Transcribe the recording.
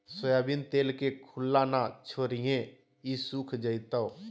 soybean तेल के खुल्ला न छोरीहें ई सुख जयताऊ